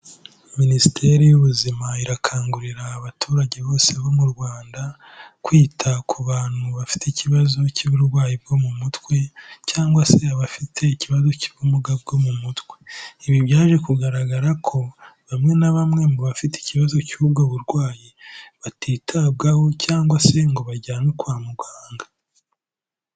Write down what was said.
Minisiteri y'Ubuzima irakangurira abaturage bose bo mu Rwanda kwita ku bantu bafite ikibazo cy'uburwayi bwo mu mutwe cyangwa se abafite ikibazo cy'ubumuga bwo mu mutwe. Ibi byaje kugaragara ko bamwe na bamwe mu bafite ikibazo cy'ubwo burwayi batitabwaho cyangwa se ngo bajyanwe kwa muganga.